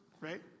right